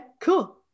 cool